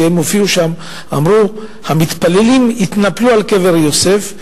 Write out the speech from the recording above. כשהם הופיעו שם הם אמרו: המתפללים התנפלו על קבר יוסף.